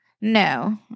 No